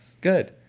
good